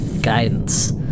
guidance